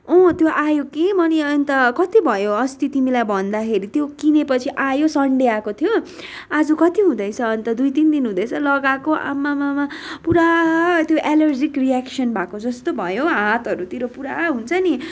अँ त्यो आयो कि मैले अन्त कति भयो अस्ति तिमीलाई भन्दाखेरि त्यो किनेपछि आयो सन्डे आएको थियो आज कति हुँदैछ अन्त दुई तिन दिन हुँदैछ अन्त लगाएको आमममा पुरा त्यो एलर्जिक रियक्सन भएको जस्तो भयो हौ हातहरूतिर पुरा हुन्छ नि